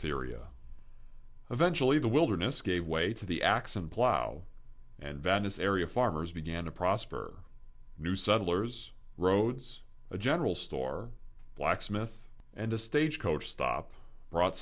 here ia eventually the wilderness gave way to the axe and plough and venice area farmers began to prosper new settlers roads a general store blacksmith and a stagecoach stop brought